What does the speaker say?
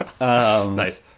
nice